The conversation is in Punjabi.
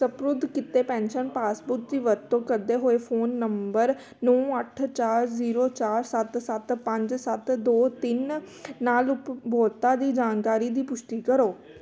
ਸਪੁਰਦ ਕੀਤੇ ਪੈਨਸ਼ਨ ਪਾਸਬੁੱਕ ਦੀ ਵਰਤੋਂ ਕਰਦੇ ਹੋਏ ਫ਼ੋਨ ਨੰਬਰ ਨੌਂ ਅੱਠ ਚਾਰ ਜ਼ੀਰੋ ਚਾਰ ਸੱਤ ਸੱਤ ਪੰਜ ਸੱਤ ਦੋ ਤਿੰਨ ਨਾਲ ਉਪਭੋਗਤਾ ਦੀ ਜਾਣਕਾਰੀ ਦੀ ਪੁਸ਼ਟੀ ਕਰੋ